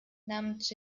namens